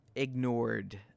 ignored